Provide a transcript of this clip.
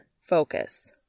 Focus